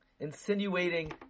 insinuating